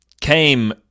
came